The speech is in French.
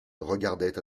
regardaient